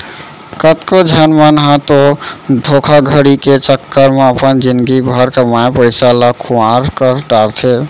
कतको झन मन ह तो धोखाघड़ी के चक्कर म अपन जिनगी भर कमाए पइसा ल खुवार कर डारथे